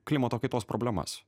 klimato kaitos problemas